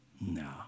No